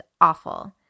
awful